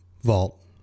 Vault